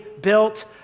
built